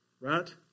right